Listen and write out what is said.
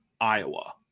Iowa